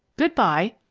good-by!